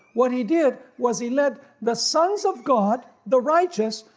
what he did was he led the sons of god, the righteous,